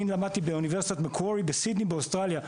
אני למדתי באוניברסיטת מקווארי בסידני באוסטרליה,